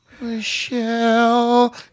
Michelle